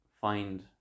Find